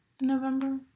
November